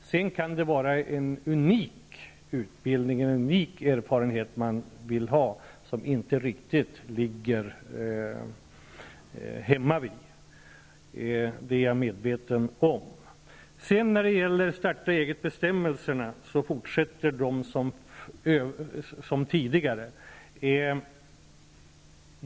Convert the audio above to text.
Det kan sedan finnas en unik utbildning, en unik erfarenhet man vill ha men som inte finns hemmavid. Jag är medveten om detta. Starta eget-bestämmelserna är desamma som tidigare.